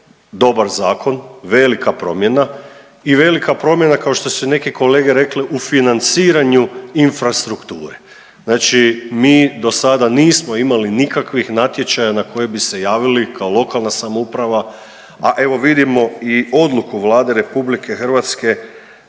dobar zakon, velika promjena i velika promjena kao što su neke kolege rekli u financiranju infrastrukture. Znači, mi do sada nismo imali nikakvih natječaja na koje bi se javili kao lokalna samouprava, a evo vidimo i odluku Vlade Republike Hrvatske